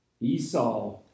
Esau